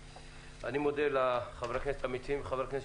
אני מודה לחברי הכנסת המציעים וחברי הכנסת